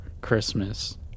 Christmas